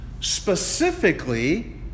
Specifically